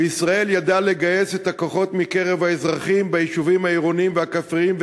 וישראל ידעה לגייס את הכוחות מקרב האזרחים ביישובים העירוניים והכפריים,